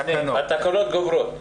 התקנות גוברות.